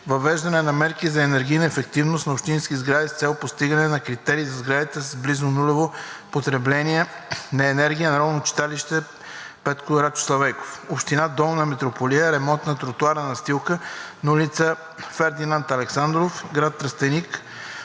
„Въвеждане на мерки за енергийна ефективност на общински сгради с цел постигане на критерии за „сграда с близко до нулево потребление на енергия“ – Народно читалище „Петко Рачов Славейков“; - Община Долна Митрополия – „Ремонт на тротоарна настилка на улица „Фердинанд Александров“, град Тръстеник;